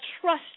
trust